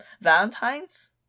Valentines